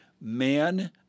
Man